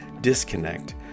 disconnect